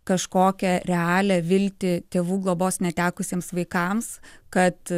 kažkokią realią viltį tėvų globos netekusiems vaikams kad